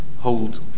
hold